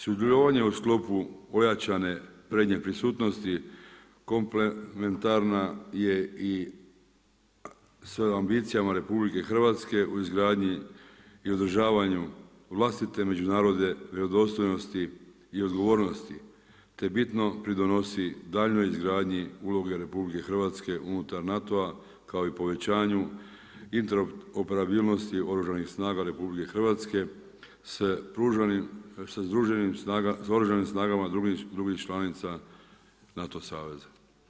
Sudjelovanje u sklopu ojačane prednje prisutnosti komplementarna je i sa ambicijama RH u izgradnji i održavanju vlastite međunarodne vjerodostojnosti i odgovornosti te bitno pridonosi daljnjoj izgradnji uloge RH unutar NATO-a kao i povećanju interoperabilnosti Oružanih snaga RH sa oružanim snagama drugih članica NATO saveza.